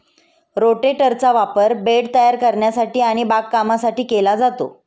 रोटेटरचा वापर बेड तयार करण्यासाठी आणि बागकामासाठी केला जातो